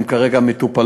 הן כרגע מטופלות.